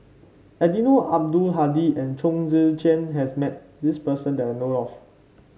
Eddino Abdul Hadi and Chong Tze Chien has met this person that I know of